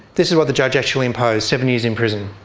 this is what the judge actually imposed seven years in prison,